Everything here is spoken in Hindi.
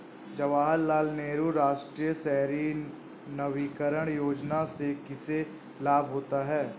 जवाहर लाल नेहरू राष्ट्रीय शहरी नवीकरण योजना से किसे लाभ होता है?